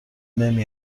نمی